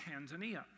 Tanzania